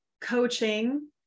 coaching